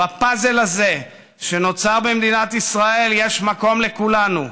"בפאזל הזה שנוצר במדינת ישראל יש מקום לכולנו,